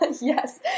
Yes